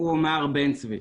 הוא מע"ר בן צבי.